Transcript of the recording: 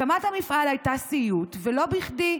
הקמת המפעל הייתה סיוט, ולא בכדי.